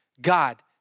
God